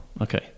Okay